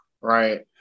right